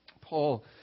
Paul